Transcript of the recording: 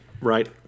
Right